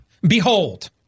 behold